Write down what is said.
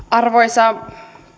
arvoisa